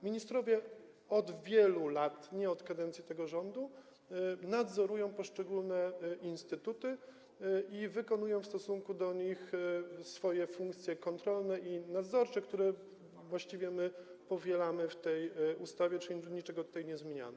Ministrowie od wielu lat, nie od kadencji tego rządu, nadzorują poszczególne instytuty i wykonują w stosunku do nich swoje funkcje kontrolne i nadzorcze, które właściwie my powielamy w tej ustawie, czyli niczego tutaj nie zmieniamy.